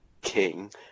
King